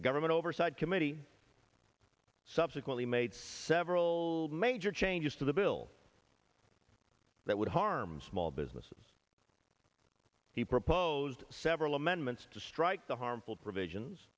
the government oversight committee subsequently made several major changes to the bill that would harm small businesses he proposed several amendments to strike the harmful provisions